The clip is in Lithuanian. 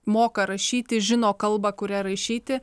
moka rašyti žino kalbą kuria rašyti